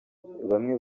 bamwe